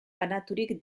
banaturik